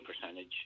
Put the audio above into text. percentage